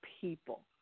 people